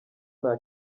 nta